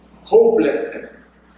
hopelessness